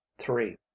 three